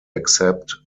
accept